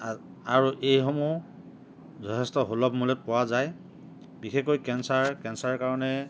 আৰু এইসমূহ যথেষ্ট সুলভ মূল্যত পোৱা যায় বিশেষকৈ কেঞ্চাৰ কেঞ্চাৰ কাৰণে